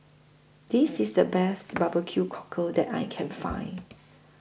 This IS The Best Barbecue Cockle that I Can Find